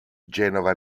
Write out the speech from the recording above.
genova